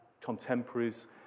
contemporaries